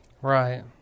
Right